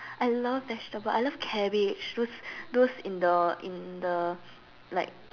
I love vegetable I love cabbage those those in the in the like